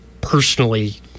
personally